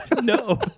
No